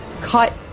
cut